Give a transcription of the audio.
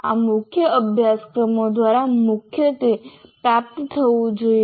આ મુખ્ય અભ્યાસક્રમો દ્વારા મુખ્યત્વે પ્રાપ્ત થવું જોઈએ